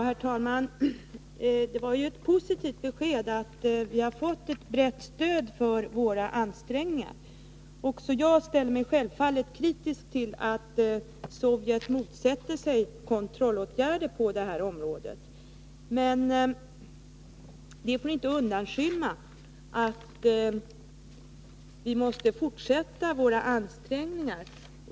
Herr talman! Det var ju ett positivt besked, att vi fått ett brett stöd för våra ansträngningar. Också jag ställer mig självfallet kritisk till att Sovjetunionen motsätter sig kontrollåtgärder på detta område. Det får emellertid inte undanskymma det faktum, att vi måste fortsätta våra ansträngningar.